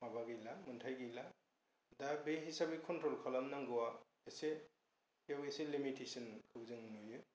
माबा गैला मोन्थाय गैला दा बे हिसाबै कन्ट्र'ल खालामनांगौआ एसे बे मोनसे लिमितेसनखौ जों नुयो